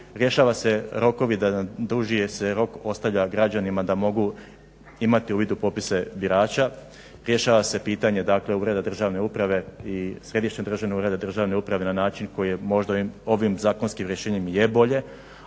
rješava se rokovi, duži se rok ostavlja građanima da mogu imati uvid u popise birača, rješava se pitanje ureda državne uprave i Središnjeg državnog ureda državne uprave na način koji je možda ovim zakonskim rješenjem je bolje.